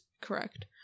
correct